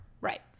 right